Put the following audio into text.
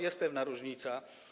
Jest pewna różnica.